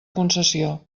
concessió